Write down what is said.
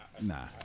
Nah